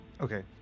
okay